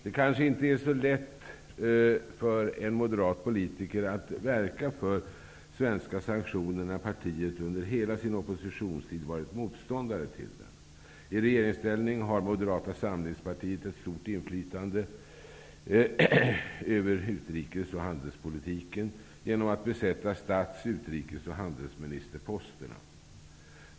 Det kanske inte är så lätt för en moderat politiker att verka för svenska sanktioner, när partiet under hela sin oppositionstid varit motståndare till dem. I regeringsställning har Moderata samlingspartiet ett stort inflytande över utrikes och handelspolitiken genom att partiet besätter stats-, utrikes och handelsministerposterna.